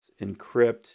encrypt